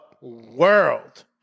world